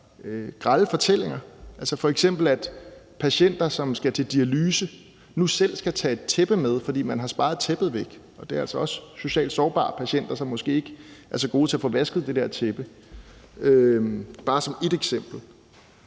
grelle fortællinger, altså f.eks. at patienter, som skal til dialyse, nu selv skal tage et tæppe med, fordi man har sparet tæppet væk. Og det er altså også socialt sårbare patienter, som måske ikke er så gode til at få vasket det der tæppe. Det er bare et eksempel.